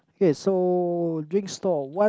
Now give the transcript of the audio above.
okay so drinks stall what